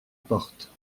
porte